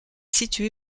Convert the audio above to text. située